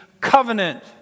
covenant